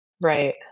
Right